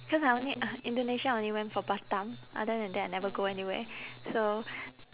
cause I only uh indonesia I only went for batam other than that I never go anywhere so